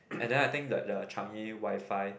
and then I think the the Changi Wi-Fi